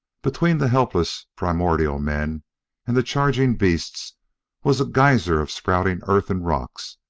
between the helpless, primordial men and the charging beasts was a geyser of spouting earth and rocks,